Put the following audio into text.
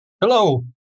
Hello